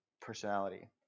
personality